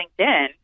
LinkedIn